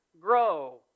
grow